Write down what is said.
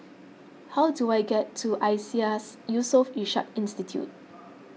how do I get to Iseas Yusof Ishak Institute